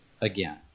again